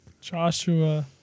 Joshua